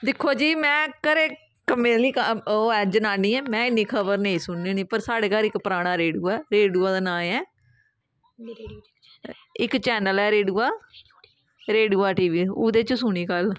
दिक्खो जी में घरै दी कम्मै आहली ओह् ऐ जनानी ऐं में इन्नी खबर निं सुननी होन्नी पर साढ़े घर इक पराना रेडूआ ऐ रेडूए दा नांऽ ऐ इक चैन्नल ऐ रेडूआ रेडूआ टी वी ओह्दे च सुनी कल